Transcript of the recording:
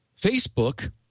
Facebook